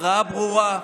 הכרעה ברורה,